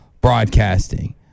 broadcasting